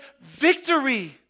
victory